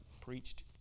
preached